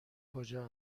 کجا